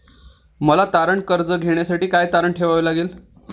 मला तारण कर्ज घेण्यासाठी काय तारण ठेवावे लागेल?